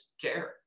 care